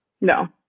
No